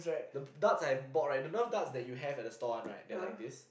the darts I bought right the Nerf darts that you have at the store one right they are like this